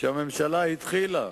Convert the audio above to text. שהממשלה התחילה